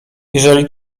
jeżeli